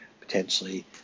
potentially